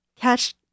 catch